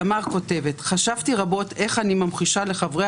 תמר כותבת: חשבתי רבות איך אני ממחישה לחברי